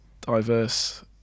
diverse